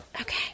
Okay